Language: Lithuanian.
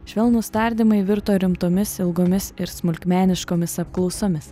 švelnūs tardymai virto rimtomis ilgomis ir smulkmeniškomis apklausomis